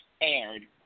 aired